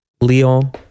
Lyon